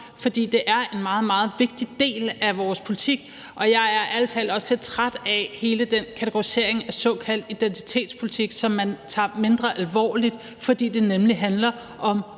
For det er en meget, meget vigtig del af vores politik, og jeg er ærlig talt også lidt træt af hele den kategorisering af såkaldt identitetspolitik, som man tager mindre alvorligt, fordi det nemlig handler om